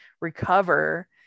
recover